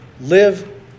Live